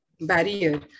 barrier